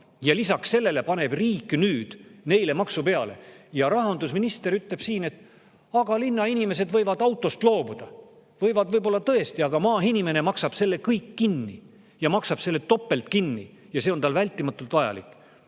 Aga lisaks sellele paneb riik nüüd neile maksu peale. Ja rahandusminister ütleb siin, et aga linnainimesed võivad autost loobuda. Võivad võib-olla tõesti, aga maainimene maksab selle kõik kinni ja maksab selle topelt kinni. Ja [auto] on talle vältimatult vajalik.